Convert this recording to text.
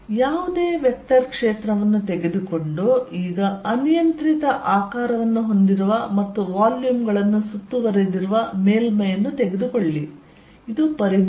ಯಾವುದೇ ವೆಕ್ಟರ್ ಕ್ಷೇತ್ರವನ್ನು ತೆಗೆದುಕೊಂಡು ಈಗ ಅನಿಯಂತ್ರಿತ ಆಕಾರವನ್ನು ಹೊಂದಿರುವ ಮತ್ತು ವಾಲ್ಯೂಮ್ ಗಳನ್ನು ಸುತ್ತುವರೆದಿರುವ ಮೇಲ್ಮೈಯನ್ನು ತೆಗೆದುಕೊಳ್ಳಿ ಇದು ಪರಿಮಾಣ